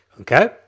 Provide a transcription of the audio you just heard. okay